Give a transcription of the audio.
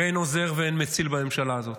ואין עוזר ואין מציל בממשלה הזאת,